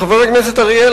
חבר הכנסת אריאל,